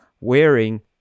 wearing